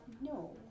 No